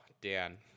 Dan